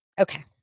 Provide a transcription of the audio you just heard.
Okay